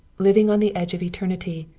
living on the edge of eternity,